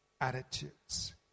attitudes